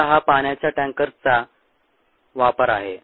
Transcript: आता हा पाण्याच्या टँकर्सचा वापर आहे